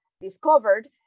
discovered